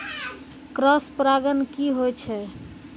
Cross परागण की होय छै?